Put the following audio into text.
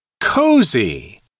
Cozy